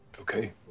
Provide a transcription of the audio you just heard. Okay